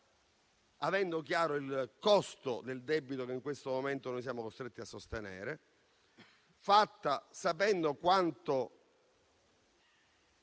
avendo chiaro il costo del debito che in questo momento siamo costretti a sostenere, fatta sapendo che